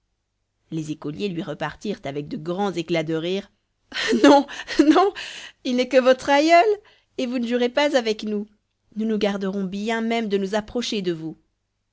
les écoliers lui repartirent avec de grands éclats de rire non non il n'est que votre aïeul et vous ne jouerez pas avec nous nous nous garderons bien même de nous approcher de vous